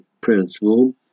principle